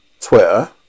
Twitter